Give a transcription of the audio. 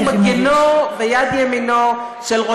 חברת הכנסת יחימוביץ.